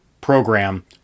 program